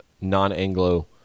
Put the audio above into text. non-Anglo